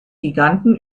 giganten